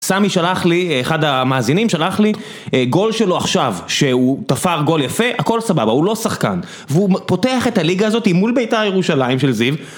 סמי שלח לי, אחד המאזינים שלח לי גול שלו עכשיו, שהוא תפר גול יפה, הכל סבבה, הוא לא שחקן והוא פותח את הליגה הזאת מול בית"ר ירושלים של זיו.